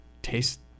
taste